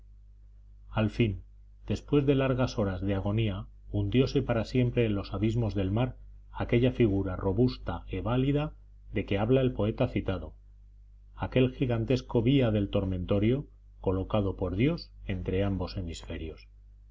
al fin después de largas horas de agonía hundióse para siempre en los abismos del mar aquella figura robusta e valida de que habla el poeta citado aquel gigantesco vigía del tormentorio colocado por dios entre ambos hemisferios